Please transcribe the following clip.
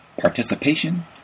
Participation